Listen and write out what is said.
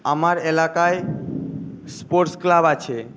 আমার এলাকায় sports club আছে